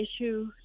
issue